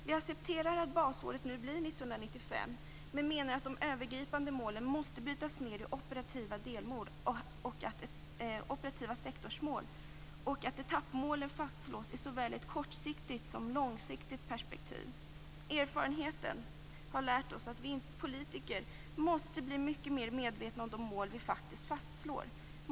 Vi accepterar att basåret nu blir 1995 men menar att de övergripande målen måste brytas ned i operativa sektorsmål och att etappmålen fastslås i såväl ett kortsiktigt som ett långsiktigt perspektiv. Erfarenheten har lärt oss att vi politiker måste bli mycket mer medvetna om de mål vi faktiskt fastslår.